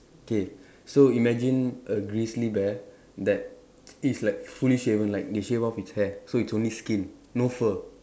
okay so imagine a grizzly bear that it's like fully shaven like they shave off his hair so it's only skin no fur